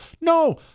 No